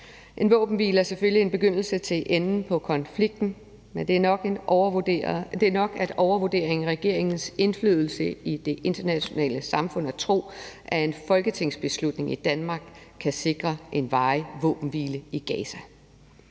En våbenhvile er selvfølgelig begyndelsen til enden på konflikten, men det er nok at overvurdere regeringens indflydelse i det internationale samfund at tro, at en folketingsbeslutning i Danmark kan sikre en varig våbenhvile i Gaza.